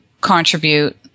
contribute